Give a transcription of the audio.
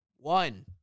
One